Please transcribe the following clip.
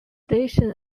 station